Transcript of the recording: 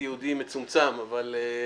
שלום,